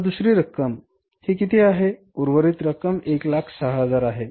आता दुसरी रक्कम हे किती आहे उर्वरित रक्कम 106000 आहे